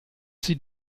sie